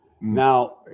Now